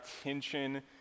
attention